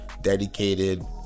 dedicated